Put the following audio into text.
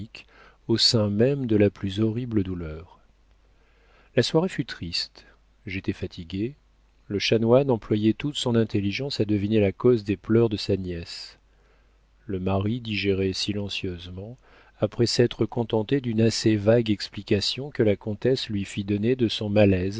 au sein même de la plus horrible douleur la soirée fut triste j'étais fatigué le chanoine employait toute son intelligence à deviner la cause des pleurs de sa nièce le mari digérait silencieusement après s'être contenté d'une assez vague explication que la comtesse lui fit donner de son malaise